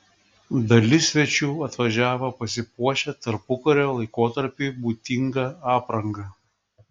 dalis svečių atvyko pasipuošę tarpukario laikotarpiui būdinga apranga